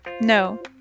No